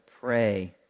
pray